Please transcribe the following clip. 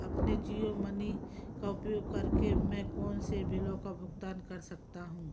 अपने जियो मनी का उपयोग करके मैं कौन से बिलों का भुगतान कर सकता हूँ